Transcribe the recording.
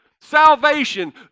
salvation